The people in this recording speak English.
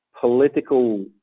political